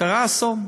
קרה "אסון":